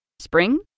Spring